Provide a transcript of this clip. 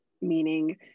meaning